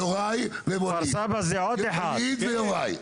יוראי וווליד.